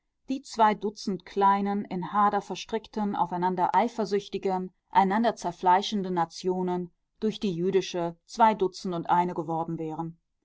die zwei dutzend kleinen in hader verstrickten aufeinander eifersüchtigen einander zerfleischenden nationen durch die jüdische zwei dutzend und eine geworden wären